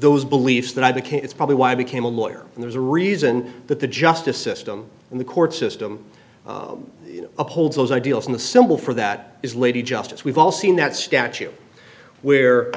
those beliefs that i became it's probably why i became a lawyer and there's a reason that the justice system and the court system upholds those ideals in the symbol for that is lady justice we've all seen that statue where